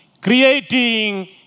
creating